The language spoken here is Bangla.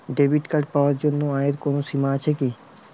ডেবিট কার্ড পাওয়ার জন্য আয়ের কোনো সীমা আছে কি?